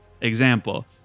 example